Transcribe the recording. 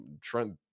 Trent